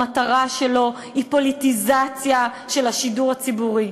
המטרה שלו היא פוליטיזציה של השידור הציבורי.